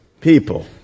people